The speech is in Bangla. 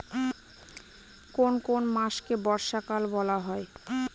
কোন কোন মাসকে বর্ষাকাল বলা হয়?